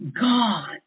God